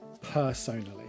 personally